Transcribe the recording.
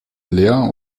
leer